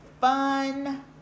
fun